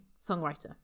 songwriter